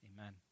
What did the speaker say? amen